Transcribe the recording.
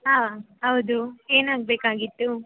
ಹಾಂ ಹೌದು ಏನಾಗಬೇಕಾಗಿತ್ತು